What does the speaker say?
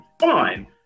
Fine